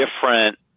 different